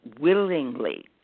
willingly